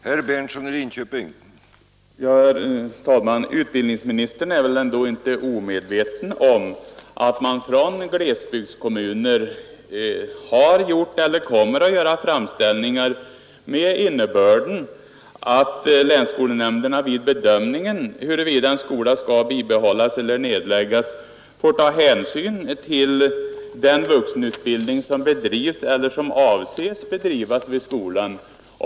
Herr talman! Utbildningsministern är väl ändå inte omedveten om att man från glesbygdskommuner har gjort eller kommer att göra framställningar med innebörden att länsskolnämnderna vid bedömningen, huruvida en skola skall bibehållas eller nedläggas, får ta hänsyn till den vuxenutbildning som bedrivs eller som avses bedrivas vid skolan.